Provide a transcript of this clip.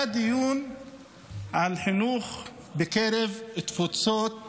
היה דיון על חינוך בקרב תפוצות